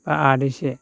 एबा आदैसे